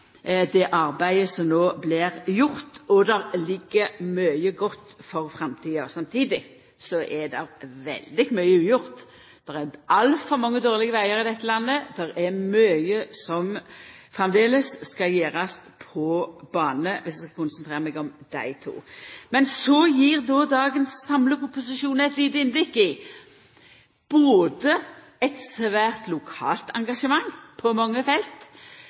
det som no er gjort, og det ligg mykje godt for framtida her. Samtidig er det veldig mykje ugjort. Det er altfor mange dårlege vegar i dette landet, og det er mykje som framleis skal gjerast på bane, om eg skal konsentrera meg om dei to. Men så gjev samleproposisjonen eit lite innblikk i eit svært lokalt engasjement på mange felt,